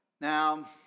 Now